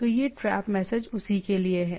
तो ये trap message उसी के लिए हैं